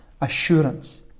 assurance